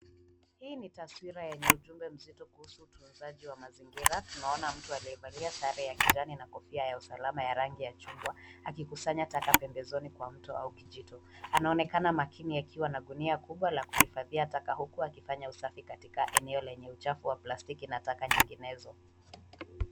Hii ni taswira yenye ujumbe mzito kuhusu utunzaji wa mazingira. Tunaona mtu aliyevalia sare ya kijani na kofia ya usalama ya rangi ya chungwa akikusanya taka pembezoni kwa mto au kijito. Anaonekana makini akiwa na gunia kubwa la kuhifadhia taka huku akifanya usafi katika eneo lenye uchafu wa plastiki na taka nyinginezo.